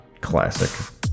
Classic